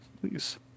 Please